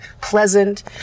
pleasant